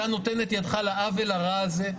אתה נותן את ידך לעוול הרע הזה.